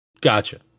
gotcha